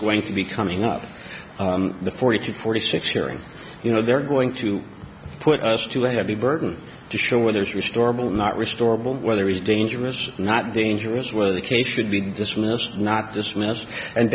going to be coming up the forty to forty six hearing you know they're going to put us to a heavy burden to show where there's restorable not restorable whether it's dangerous not dangerous where the case should be dismissed not dismissed and